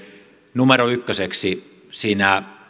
numero ykköseksi siinä